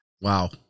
Wow